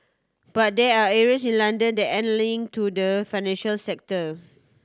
but there are areas in London that aren't link to the financial sector